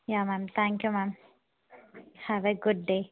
yeah ma'am thank you ma'am have a good day